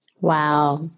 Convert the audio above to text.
Wow